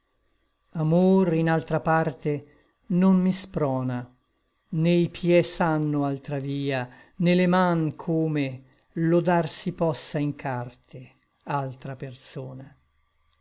amor in altra parte non mi sprona né i pie sanno altra via né le man come lodar si possa in carte altra persona